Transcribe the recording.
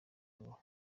ngo